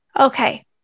okay